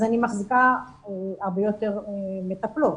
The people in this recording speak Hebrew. אז אני מחזיקה הרבה יותר מטפלות,